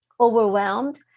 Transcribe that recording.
overwhelmed